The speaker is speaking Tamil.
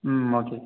ம் ஓகே